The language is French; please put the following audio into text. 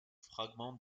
fragments